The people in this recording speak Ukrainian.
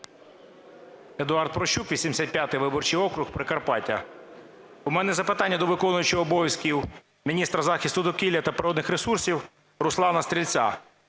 Едуард Прощук, 85 виборчий округ, Прикарпаття. У мене запитання до виконуючого обов'язки міністра захисту довкілля та природних ресурсів Руслана Стрільця.